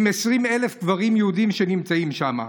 עם 20,000 קברים יהודיים שנמצאים שם.